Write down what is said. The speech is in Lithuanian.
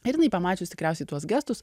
ir jinai pamačius tikriausiai tuos gestus